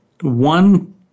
one